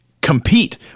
compete